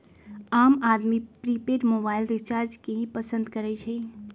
आम आदमी prepaid mobile recharge के ही पसंद करई छई